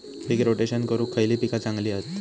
पीक rotation करूक खयली पीका चांगली हत?